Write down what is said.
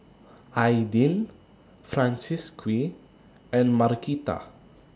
Aidyn Francisqui and Markita